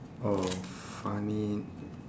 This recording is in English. orh funny